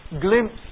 glimpse